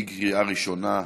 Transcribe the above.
לוועדת העבודה,